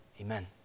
Amen